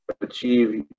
achieve